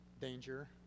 danger